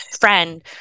friend